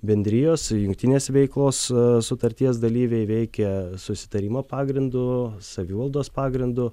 bendrijos jungtinės veiklos sutarties dalyviai veikia susitarimo pagrindu savivaldos pagrindu